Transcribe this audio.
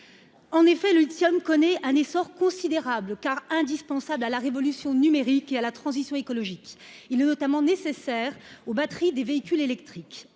en effet le lithium connaît un essor considérable car indispensable à la révolution numérique et à la transition écologique, il est notamment nécessaire aux batteries des véhicules électriques,